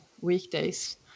weekdays